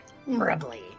admirably